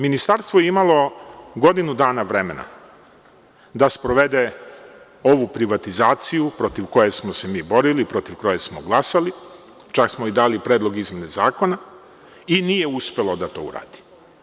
Ministarstvo je imalo godinu dana vremena da sprovede ovu privatizaciju protiv koje smo se mi borili, protiv koje smo glasali, čak smo i dali predlog izmene zakona, i nije uspelo da to uradi.